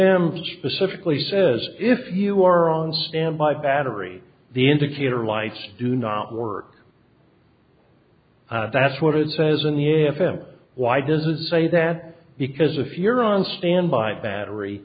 m specifically says if you are on standby battery the indicator lights do not work that's what it says in the f m why does it say that because if you're on standby battery